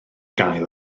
gael